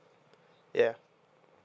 ya